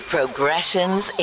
Progressions